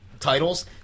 Titles